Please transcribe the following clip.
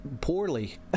poorly